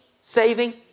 saving